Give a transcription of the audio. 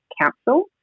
Council